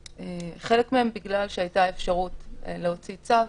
חלק מהם בגלל שהייתה אפשרות להוציא צו,